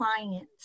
clients